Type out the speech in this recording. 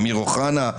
אמיר אוחנה,